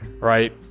right